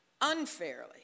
unfairly